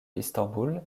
istanbul